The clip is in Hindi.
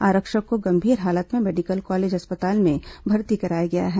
आरक्षक को गंभीर हालत में मेडिकल कॉलेज अस्पताल में भर्ती कराया गया है